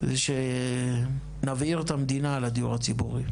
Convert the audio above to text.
זה שנבעיר את המדינה על הדיור הציבורי.